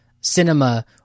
cinema